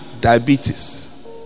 diabetes